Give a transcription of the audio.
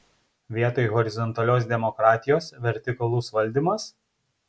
vietoj horizontalios demokratijos vertikalus valdymas